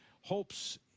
hopes